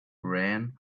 ran